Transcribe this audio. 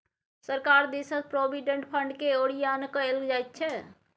सरकार दिससँ प्रोविडेंट फंडकेँ ओरियान कएल जाइत छै